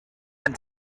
and